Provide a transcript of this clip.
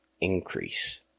increase